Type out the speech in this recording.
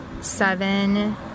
seven